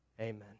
amen